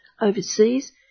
overseas